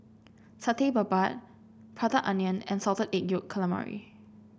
Satay Babat Prata Onion and Salted Egg Yolk Calamari